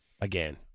again